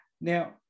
Now